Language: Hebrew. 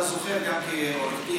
אתה זוכר, גם כעורך דין,